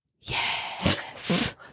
Yes